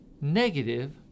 negative